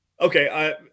Okay